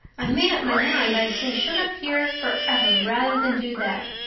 i made up my mind i'd stay shut up here forever rather than do that.